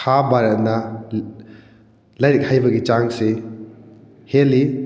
ꯈꯥ ꯚꯥꯔꯠꯅ ꯂꯥꯏꯔꯤꯛ ꯍꯩꯕꯒꯤ ꯆꯥꯡꯁꯤ ꯍꯦꯜꯂꯤ